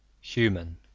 human